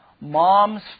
moms